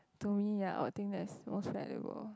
to me ya I would think that's most valuable